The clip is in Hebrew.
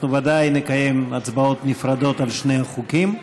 אנחנו בוודאי נקיים הצבעות נפרדות על שני החוקים.